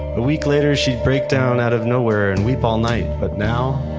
a week later, she'd break down out of nowhere and weep all night. but now,